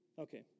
Okay